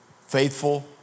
faithful